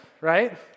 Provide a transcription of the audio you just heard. right